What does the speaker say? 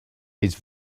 his